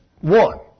One